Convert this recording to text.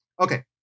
Okay